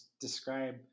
describe